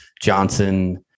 Johnson